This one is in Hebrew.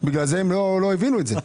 הם לא הבינו את זה?